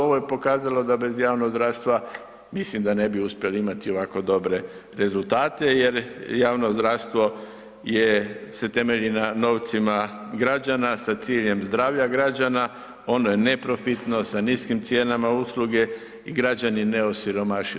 Ovo je pokazalo da bez javnog zdravstva mislim da ne bi uspjeli imati ovako dobre rezultate jer javno zdravstvo je, se temelji na novcima građana, sa ciljem zdravlja građana, ono je neprofitno, sa niskim cijenama usluge i građani ne osiromašuju.